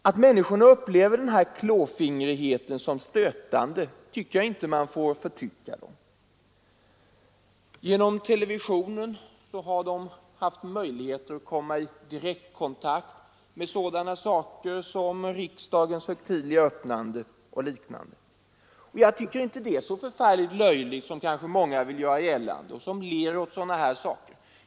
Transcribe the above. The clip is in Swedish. Att människorna upplever denna klåfingringhet som störande får man inte förtycka dem. Genom televisionen har de haft möjligheter att komma i direktkontakt med sådana saker som riksdagens högtidliga öppnande. Jag tycker inte det är så förfärligt löjligt som många vill göra gällande då de ler åt sådana här saker.